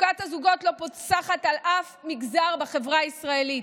מצוקת הזוגות לא פוסחת על אף מגזר בחברה הישראלית.